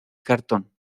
cartón